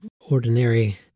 ordinary